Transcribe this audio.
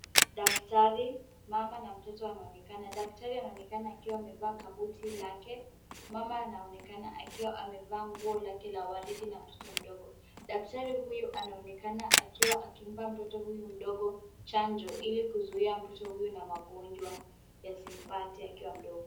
Daktari, mama na mtoto wanaonekana. Daktari anaonekana akiwa amevaa kabuti lake, mama anaonekana akiwa amevaa nguo lake la waridi na mtoto mdogo. Daktari huyu anaonekana akiwa akimpa mtoto huyu mdogo chanjo ili kuzuia mtoto huyu na magonjwa ili yasimpate.